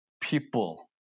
people